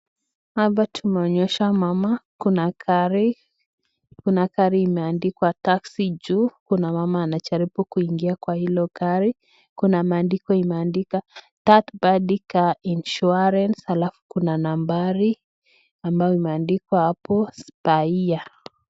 Hapa tumeonyeshwa mama, kuna gari imeandikwa taxi juu, kuna mama anajaribu kuingia kwa hilo gari, kuna maandiko imeandika Third-Party Car Insurance halafu kuna nambari ambayo imeandikwa hapo per year .